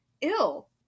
ill